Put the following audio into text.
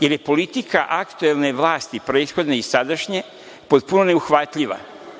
jer je politika aktuelne vlasti, prethodne i sadašnje, potpuno neuhvatljiva.